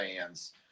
fans